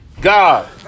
God